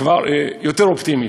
כבר יותר אופטימי.